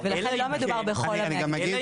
לכן לא מדובר --- שניה,